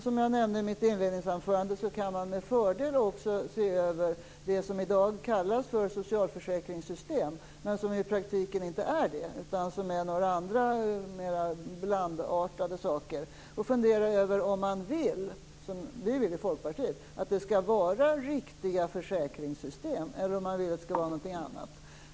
Som jag nämnde i mitt inledningsanförande kan man med fördel också se över det som i dag kallas för socialförsäkringssystem men som i praktiken inte är detta, utan som är några andra mer blandartade saker. Man kan fundera över om man, som vi i Folkpartiet, vill att det skall vara riktiga försäkringssystem eller om man vill att det skall vara något annat.